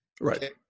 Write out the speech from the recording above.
Right